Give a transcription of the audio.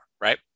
right